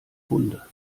hunde